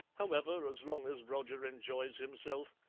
however, as long as roger enjoys himself,